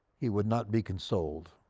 he would not be consoled.